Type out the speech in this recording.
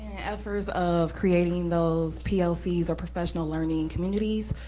efforts of creating those plcs or professional learning and communities,